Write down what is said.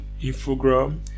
Infogram